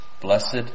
Blessed